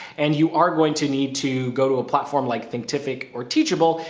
and you are going to need to go to a platform like thinkific or teachable.